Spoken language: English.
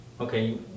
okay